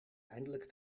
eindelijk